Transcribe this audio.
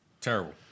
terrible